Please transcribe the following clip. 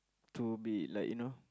to be like you know